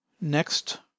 next